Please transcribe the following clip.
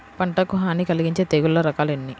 పంటకు హాని కలిగించే తెగుళ్ళ రకాలు ఎన్ని?